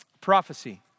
Prophecy